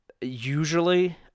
usually